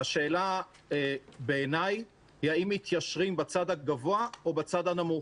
השאלה בעיניי היא האם מתיישרים בצד הגבוה או בצד הנמוך?